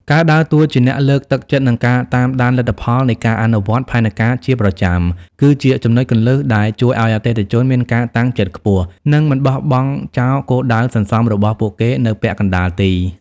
ការដើរតួជាអ្នកលើកទឹកចិត្ត និងការតាមដានលទ្ធផលនៃការអនុវត្តផែនការជាប្រចាំ គឺជាចំណុចគន្លឹះដែលជួយឱ្យអតិថិជនមានការតាំងចិត្តខ្ពស់ និងមិនបោះបង់ចោលគោលដៅសន្សំរបស់ពួកគេនៅពាក់កណ្ដាលទី។